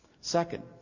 Second